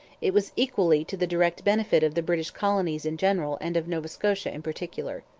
it was equally to the direct benefit of the british colonies in general and of nova scotia in particular.